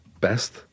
best